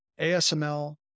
ASML